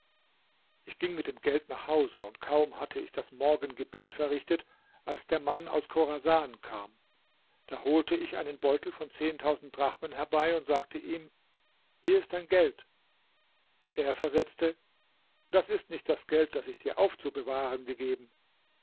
ich ging mit dem geld nach hause und kaum hatte ich das morgengebet verrichtet als der mann aus chorasan kam da holte ich einen beutel von zehntausend drachmen herbei und sagte ihm hier ist dein geld er versetzte das ist nicht das geld das ich dir aufzubewahren gegeben